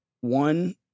one